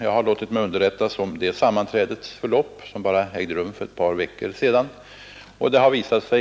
Jag har låtit mig informeras om det sammanträdets förlopp — det ägde rum för bara ett par veckor sedan.